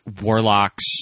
warlocks